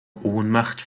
ohnmacht